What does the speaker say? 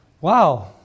Wow